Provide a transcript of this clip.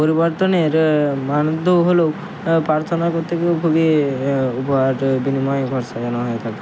পরিবর্তনের মান উদ্যোগ হলো পার্থনা করতে গিয়েও উপহারের বিনিময়ে ঘর সাজানো হয়ে থাকে